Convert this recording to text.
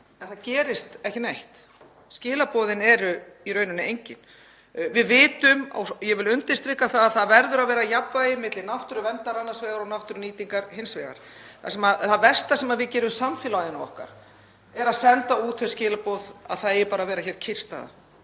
það gerist ekki neitt. Skilaboðin eru í rauninni engin. Við vitum, og ég vil undirstrika það, að það verður að vera jafnvægi milli náttúruverndar annars vegar og náttúrunýtingar hins vegar. Það versta sem við gerum samfélaginu okkar er að senda út þau skilaboð að það eigi bara að vera hér kyrrstaða,